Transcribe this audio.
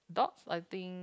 dogs I think